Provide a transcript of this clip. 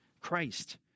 Christ